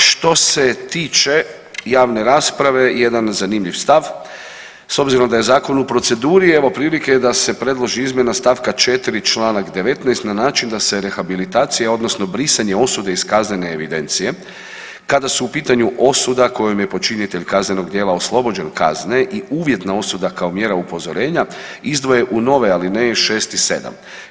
Što se tiče javne rasprave jedan zanimljiv stav, s obzirom da je zakon u proceduri evo prilike da se predloži izmjena st. 4. čl. 19. na način da se rehabilitacija odnosno brisanje osude iz kaznene evidencije kada su u pitanju osuda kojem je počinitelj kaznenog djela oslobođen kazne i uvjetna osuda kao mjera upozorenja izdvoje u nove alineje 6 i 7